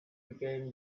became